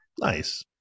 nice